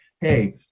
hey